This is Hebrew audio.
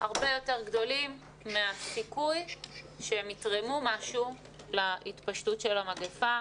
הרבה יותר גדולים מהסיכוי שהם יתרמו משהו להתפשטות של המגיפה.